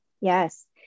Yes